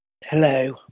Hello